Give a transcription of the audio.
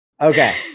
Okay